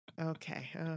Okay